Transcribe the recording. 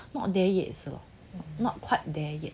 not there 也是 not quite there yet